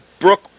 Brooke